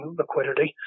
liquidity